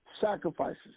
sacrifices